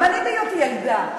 גם אני, בהיותי ילדה,